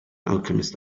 alchemist